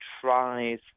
tries